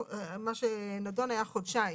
מה שנדון, היה חודשיים.